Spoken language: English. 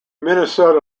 minnesota